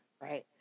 Right